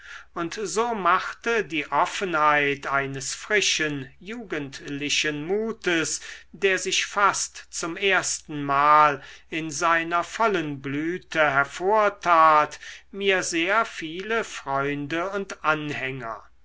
und so machte die offenheit eines frischen jugendlichen mutes der sich fast zum erstenmal in seiner vollen blüte hervortat mir sehr viele freunde und anhänger